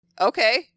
Okay